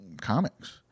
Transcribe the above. comics